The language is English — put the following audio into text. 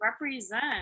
Represent